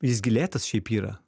jis gi lėtas šiaip yra